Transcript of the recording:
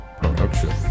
production